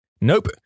Nope